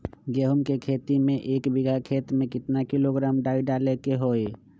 गेहूं के खेती में एक बीघा खेत में केतना किलोग्राम डाई डाले के होई?